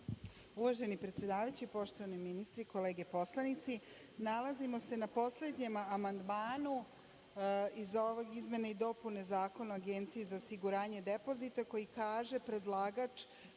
Uvaženi predsedavajući, poštovani ministri, kolege poslanici nalazimo se na poslednjem amandmanu iz izmene i dopune Zakona o Agenciji za osiguranje depozita, koji kaže, predlagač,